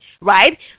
right